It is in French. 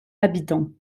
habitants